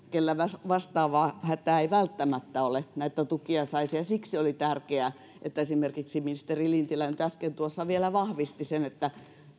kellä vastaava hätää ei välttämättä ole näitä tukia saisi siksi oli tärkeää että esimerkiksi ministeri lintilä nyt äsken tuossa vielä vahvisti sen että